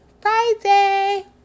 friday